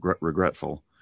regretful